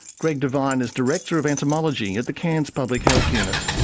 greg devine is director of entomology at the cairns public health unit.